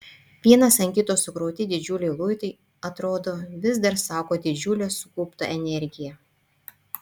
vienas ant kito sukrauti didžiuliai luitai atrodo vis dar saugo didžiulę sukauptą energiją